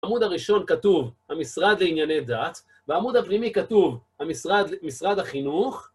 בעמוד הראשון כתוב, המשרד לענייני דעת, ובעמוד הפנימי כתוב, משרד החינוך.